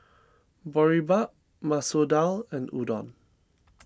Boribap Masoor Dal and Udon